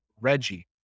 Reggie